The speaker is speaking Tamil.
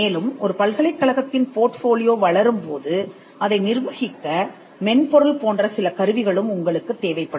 மேலும் ஒரு பல்கலைக்கழகத்தின் போர்ட்போலியோ வளரும் போது அதை நிர்வகிக்க மென்பொருள் போன்ற சில கருவிகளும் உங்களுக்குத் தேவைப்படும்